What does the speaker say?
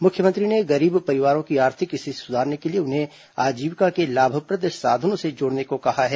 मुख्यमंत्री ने गरीब परिवारों की आर्थिक स्थिति सुधारने के लिए उन्हें आजीविका के लाभप्रद साधनों से जोड़ने को कहा है